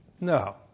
No